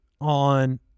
on